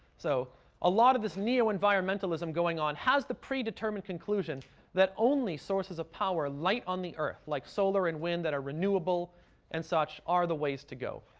so a lot of this neo-environmentalism going on has the predetermined conclusion that only sources of power light on the earth, like solar and wind, that are renewable and such, are the ways to go.